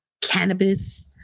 cannabis